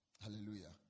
Hallelujah